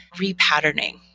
repatterning